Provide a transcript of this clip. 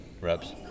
Reps